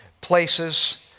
places